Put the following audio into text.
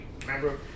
remember